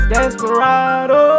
Desperado